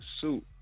suit